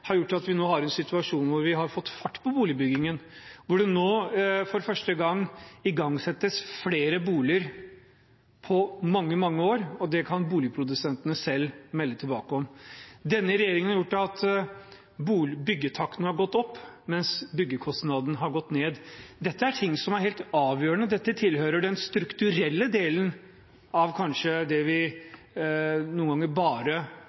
har gjort at vi nå er i en situasjon hvor vi har fått fart på boligbyggingen, og hvor det nå igangsettes bygging av flere boliger enn på mange år. Det kan boligprodusentene selv melde tilbake om. Denne regjeringen har gjort at byggetakten har gått opp mens byggekostnadene har gått ned. Dette er ting som er helt avgjørende. Dette tilhører den strukturelle delen av det vi noen ganger bare